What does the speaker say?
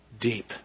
deep